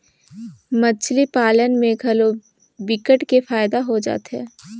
मछरी पालन में घलो विकट के फायदा हो जाथे